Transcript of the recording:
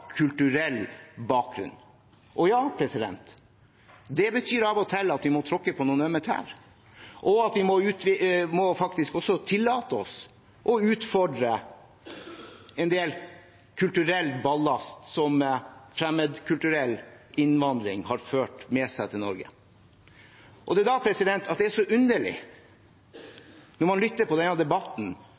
kulturell bakgrunn. Ja, det betyr at vi av og til må tråkke på noen ømme tær, og at vi faktisk må tillate oss å utfordre en del kulturell ballast som fremmedkulturell innvandring har ført med seg til Norge. Det er da det er så underlig å lytte til denne debatten,